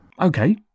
Okay